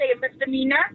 misdemeanor